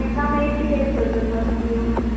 ताका मागीर कितें येतलो तर कॉस्ट्यूम